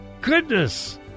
goodness